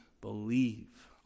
believe